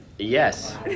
Yes